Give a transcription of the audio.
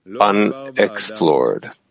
unexplored